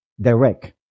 direct